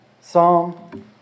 Psalm